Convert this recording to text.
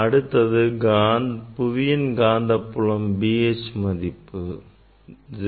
அடுத்தது புவியின் காந்தப்புலம் B H மதிப்பு 0